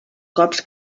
cops